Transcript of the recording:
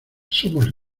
somos